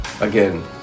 again